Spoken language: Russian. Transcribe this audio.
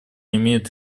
имеет